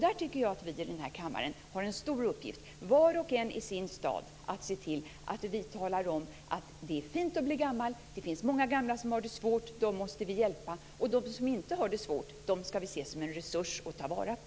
Där tycker jag att vi här i kammaren har en stor uppgift, var och en i sin stad, att se till att vi talar om att det är fint att bli gammal. Det finns många gamla som har det svårt. Dem måste vi hjälpa. De som inte har det svårt skall vi se som en resurs och ta vara på.